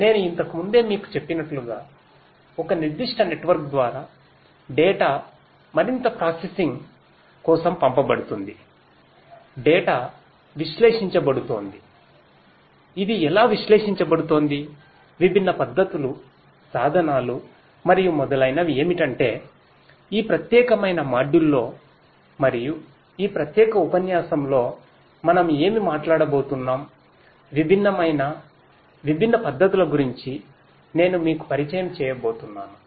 నేను ఇంతకు ముందే మీకు చెప్పినట్లుగా ఒక నిర్దిష్ట నెట్వర్క్ ద్వారా డేటా లో మరియు ఈ ప్రత్యేక ఉపన్యాసంలో మనం ఏమి మాట్లాడబోతున్నాం విభిన్నమైన విభిన్న పద్ధతుల గురించి నేను మీకు పరిచయం చేయబోతున్నాను